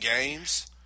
games